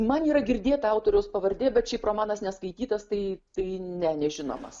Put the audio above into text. man yra girdėta autoriaus pavardė bet šiaip romanas neskaitytas tai tai ne nežinomas